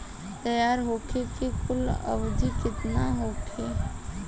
तैयार होखे के कुल अवधि केतना होखे?